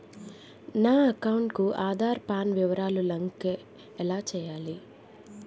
నా అకౌంట్ కు ఆధార్, పాన్ వివరాలు లంకె ఎలా చేయాలి?